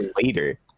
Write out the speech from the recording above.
later